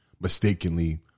mistakenly